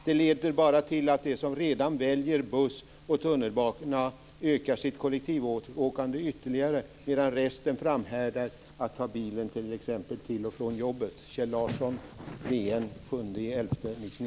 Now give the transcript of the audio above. Det leder bara till att de som redan väljer buss och tunnelbana ökar sitt kollektivåkande ytterligare medan resten framhärdar i att ta bilen exempelvis till och från jobbet. Detta sade Kjell Larsson i DN den 7